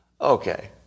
Okay